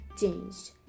changed